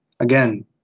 Again